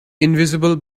invisible